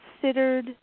considered